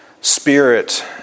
spirit